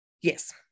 Yes